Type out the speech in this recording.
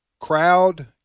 crowd